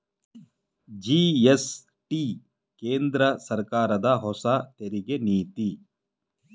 GST ಕೇಂದ್ರ ಸರ್ಕಾರದ ಹೊಸ ತೆರಿಗೆ ನೀತಿ